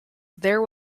there